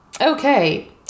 okay